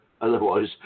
Otherwise